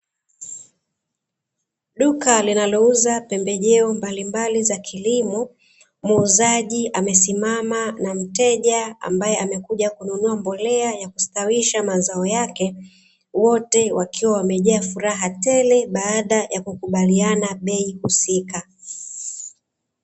Duka linalouza pembejeo mbalimbali za kilimo. Muuzaji amesimama na mteja ambaye amekuja kununua mbolea ya kustawisha mazao yake, wote wakiwa wamejaa furaha tele baada ya kukubaliana bei husika.